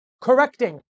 correcting